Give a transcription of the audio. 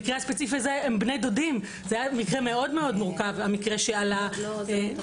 מה שקורה בחוק